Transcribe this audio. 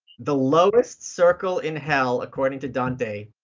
the lowest circle in hell, according to dante,